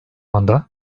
anda